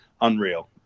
unreal